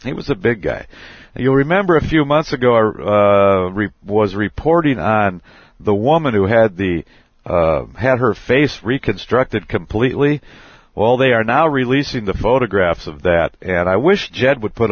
he was a big guy and you remember a few months ago i was reporting on the woman who had the had her face reconstructed completely while they are now releasing the photographs of that and i wish jed would put